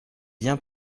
bien